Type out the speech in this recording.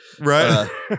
Right